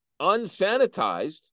unsanitized